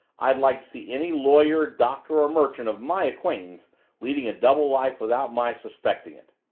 i'd like to see any lawyer, doctor, or merchant of my acquaintance leading a double life without my suspecting it.